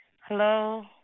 Hello